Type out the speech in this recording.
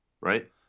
Right